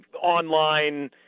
online